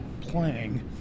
playing